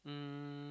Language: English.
um